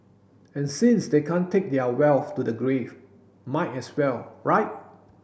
and since they can't take their wealth to the grave might as well right